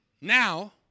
now